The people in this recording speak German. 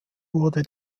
wurde